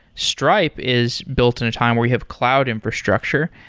stripe is built in a time where you have cloud infrastructure.